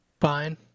Fine